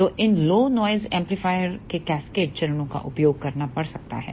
तो इन low noise amplifier के कैस्केड चरणों का उपयोग करना पड़ सकता है